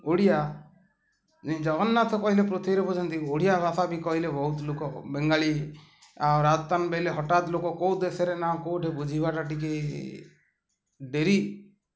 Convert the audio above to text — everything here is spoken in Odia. ଓଡ଼ିଆ ଜଗନ୍ନାଥ କହିଲେ ପୃଥିବୀରେ ବୁଝନ୍ତି ଓଡ଼ିଆ ଭାଷା ବି କହିଲେ ବହୁତ ଲୋକ ବେଙ୍ଗାଳୀ ଆଉ କହିଲେ ହଠାତ୍ ଲୋକ କୋଉ ଦେଶରେ ନା କୋଉଠି ବୁଝିବାଟା ଟିକେ ଡ଼େରି